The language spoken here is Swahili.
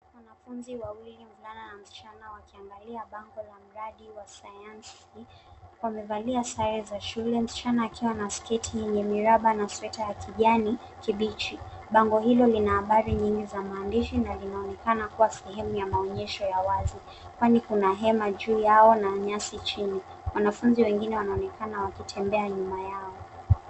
Wanafunzi wawili, mvulana na msichana wakiangalia bango la mradi wa sayansi. Wamevalia sare za shule, msichana akiwa na sketi yenye miraba na sweta ya kijani kibichi. Bango hilo lina habari nyingi za maandishi na linaonekana kuwa sehemu ya maonyesho ya wazi, kwani kuna hema juu yao na nyasi chini. Wanafunzi wengine wanaonekana wakitembea nyuma yao.